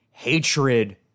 hatred